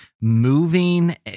moving